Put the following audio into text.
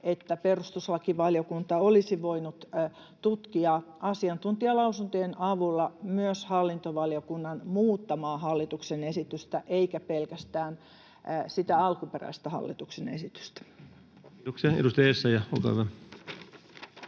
että perustuslakivaliokunta olisi voinut tutkia asiantuntijalausuntojen avulla myös hallintovaliokunnan muuttamaa hallituksen esitystä eikä pelkästään sitä alkuperäistä hallituksen esitystä. [Speech 41] Speaker: